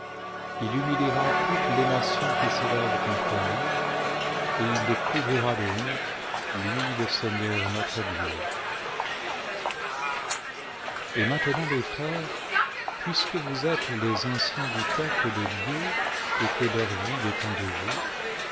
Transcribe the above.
il humiliera toutes les nations qui s élèvent contre nous et il les coutira de honte lui le seigneur notre dieu et maintenant mes frères puisque vous êtes les anciens du peuple de dieu et que leur vie dépend de vous